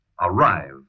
Arrive